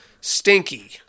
stinky